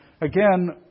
again